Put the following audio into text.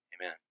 Amen